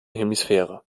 hemisphäre